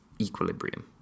equilibrium